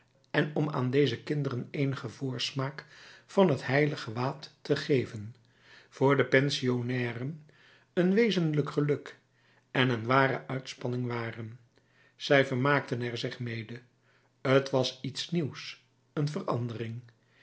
en om aan deze kinderen eenigen voorsmaak van het heilig gewaad te geven voor de pensionnairen een wezenlijk geluk en een ware uitspanning waren zij vermaakten er zich mede t was iets nieuws een verandering